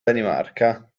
danimarca